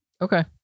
okay